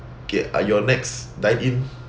get ah your next dine-in